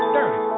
Dirty